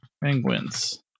Penguins